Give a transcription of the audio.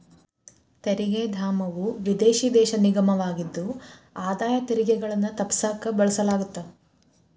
ತೆರಿಗೆ ಧಾಮವು ವಿದೇಶಿ ದೇಶ ನಿಗಮವಾಗಿದ್ದು ಆದಾಯ ತೆರಿಗೆಗಳನ್ನ ತಪ್ಪಿಸಕ ಬಳಸಲಾಗತ್ತ